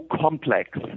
complex